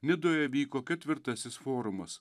nidoje vyko ketvirtasis forumas